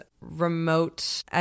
remote